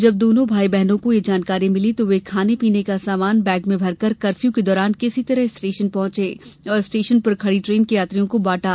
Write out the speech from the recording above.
जब दोनों भाई बहनों को यह जानकारी मिली तो वे खाने पीने का सामान बैग में भरकर कर्फ्यू के दौरान किसी तरह स्टेशन पहँचे और स्टेशन पर खड़ी ट्रेन के यात्रियों को बांटा